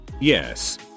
Yes